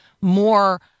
more